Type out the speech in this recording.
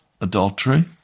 adultery